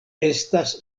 estas